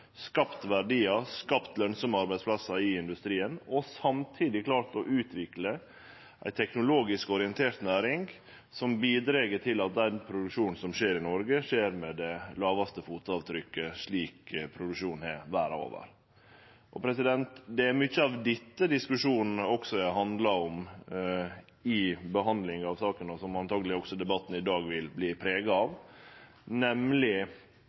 skapt verdiar, skapt lønsame arbeidsplassar i industrien, og samtidig klart å utvikle ei teknologisk orientert næring som bidreg til at den produksjonen som skjer i Noreg, skjer med det lågaste fotavtrykket slik produksjonen er verda over. Det er mykje av dette diskusjonen også har handla om i behandlinga av saka, og som debatten i dag antakeleg også vil verte prega av, nemleg